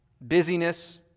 Busyness